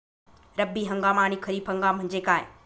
रब्बी हंगाम आणि खरीप हंगाम म्हणजे काय?